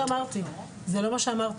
זה לא מה שאמרתי.